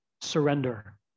surrender